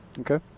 Okay